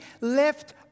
left